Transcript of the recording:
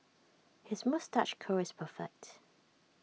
his moustache curl is perfect